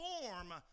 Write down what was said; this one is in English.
form